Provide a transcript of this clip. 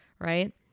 right